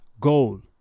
goal